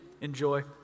enjoy